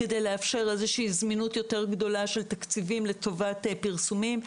כדי לאפשר איזושהי זמינות יותר גדולה של תקציבים לטובת פרסומים.